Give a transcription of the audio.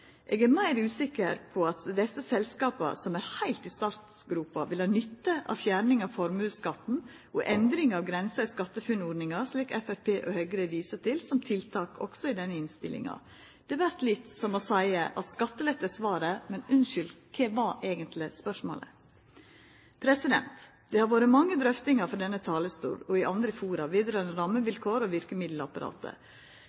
Eg er meir usikker på om desse selskapa som er heilt i startgropa, vil ha nytte av fjerning av formuesskatten og endring av grensa i SkatteFUNN-ordninga, slik Framstegspartiet og Høgre viser til som tiltak òg i denne innstillinga . Det vert litt som å seia at skattelette er svaret, men, unnskyld, kva var eigentleg spørsmålet? Det har vore mange drøftingar frå denne talarstolen og i andre fora